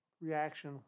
reaction